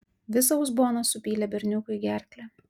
visą uzboną supylė berniukui į gerklę